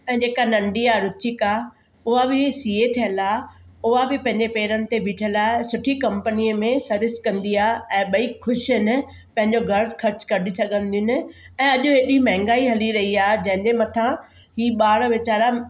ऐं जेका नंढी आहे रुचिका उहा बि सी ए थियलु आहे उहा बि पंहिंजे पेरनि ते बीठल आहे ऐं सुठी कम्पनीअ में सर्विस कंदी आहे ऐं ॿई ख़ुशि आहिनि पंहिंजो घरु ख़र्चु कढी सघंदियूं आहिनि ऐं अॼु एॾी महांगाई हली रही आहे जंहिंजे मथां ई ॿार वीचारा